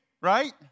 right